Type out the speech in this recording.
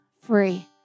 free